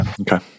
okay